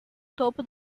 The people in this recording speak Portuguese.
topo